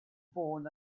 born